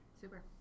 Super